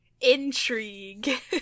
Intrigue